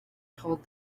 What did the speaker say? told